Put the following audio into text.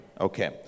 okay